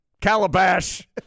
calabash